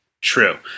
True